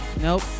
Nope